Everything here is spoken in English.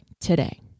today